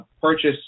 purchase